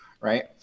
right